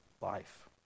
life